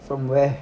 from where